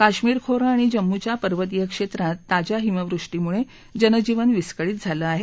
काश्मिर खोरं आणि जम्मूच्या पर्वतीय क्षेत्रात ताज्या हिमवृष्टीमुळे जनजीवन विस्कळीत झालं आहे